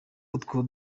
utwo